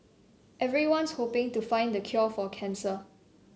everyone's hoping to find the cure for cancer